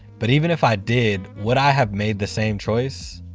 but even if i did, would i have made the same choice?